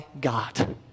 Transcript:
God